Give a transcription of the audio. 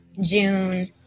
June